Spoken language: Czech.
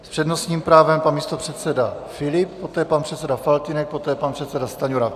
S přednostním právem pan místopředseda Filip, poté pan předseda Faltýnek, poté pan předseda Stanjura.